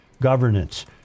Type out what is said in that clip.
governance